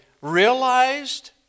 realized